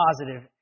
positive